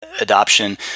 adoption